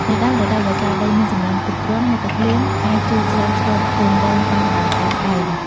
នៅដើមរដូវវស្សា ដីមានសំណើមគ្រប់គ្រាន់ ហើយទឹកភ្លៀងអាចជួយស្រោចស្រពកូនដូងបានដោយឯកឯង។